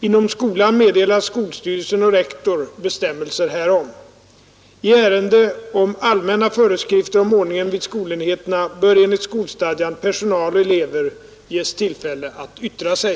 Inom skolan meddelar skolstyrelsen och rektor bestämmelser härom. I ärende om allmänna föreskrifter om ordningen vid skolenheterna bör enligt skolstadgan personal och elever ges tillfälle att yttra sig.